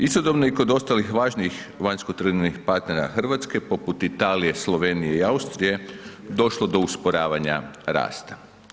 Istodobno i kod ostalih važnijih vanjskotrgovinskih partnera Hrvatske poput Italije, Slovenije i Austrije došlo do usporavanja rasta.